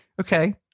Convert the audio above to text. Okay